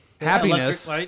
Happiness